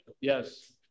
Yes